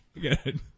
Good